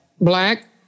Black